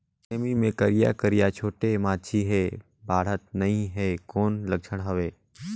सेमी मे करिया करिया छोटे माछी हे बाढ़त नहीं हे कौन लक्षण हवय?